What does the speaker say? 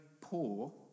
poor